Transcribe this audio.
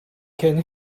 can